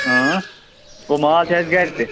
گوٚو مال چھُ اسہِ گھرِ تہِ